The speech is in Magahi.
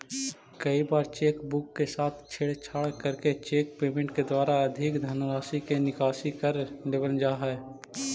कई बार चेक बुक के साथ छेड़छाड़ करके चेक पेमेंट के द्वारा अधिक धनराशि के निकासी कर लेवल जा हइ